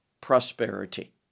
prosperity